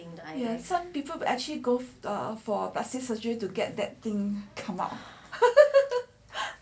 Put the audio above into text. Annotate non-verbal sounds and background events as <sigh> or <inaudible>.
some people actually go for plastic surgery to get that thing come out <laughs>